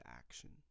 action